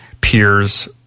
peers